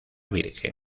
virgen